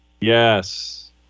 Yes